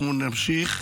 אנחנו נמשיך,